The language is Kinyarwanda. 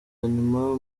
nyuma